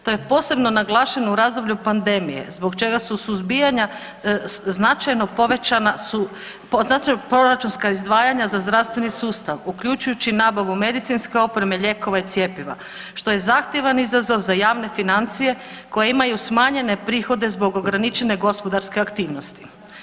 To je posebno naglašeno u razdoblju pandemije zbog čega su suzbijanja značajno povećana su značajna proračunska izdvajanja za zdravstveni sustav, uključujući nabavu medicinske opreme, lijekova i cjepiva što je zahtjevan izazov za javne financije koje imaju smanjene prihode zbog ograničene gospodarske aktivnosti.